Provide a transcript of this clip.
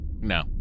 No